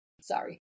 Sorry